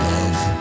Love